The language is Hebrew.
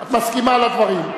את מסכימה לדברים.